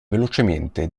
velocemente